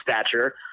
stature